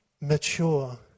Mature